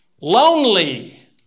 lonely